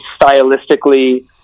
stylistically